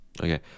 Okay